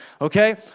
Okay